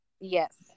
Yes